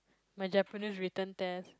my Japanese written test